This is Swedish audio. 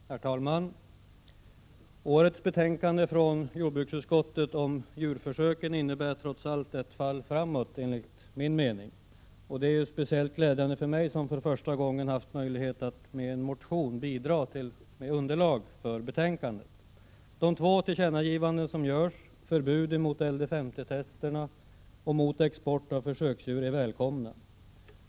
Herr talman! Årets betänkande från jordbruksutskottet om djurförsöken innebär trots allt ett fall framåt enligt min mening. Det är speciellt glädjande för mig som för första gången haft möjlighet att med en motion bidra med underlag för betänkandet. De två tillkännagivanden som görs — förbud mot LDS50-testerna och mot export av försöksdjur — är välkomna.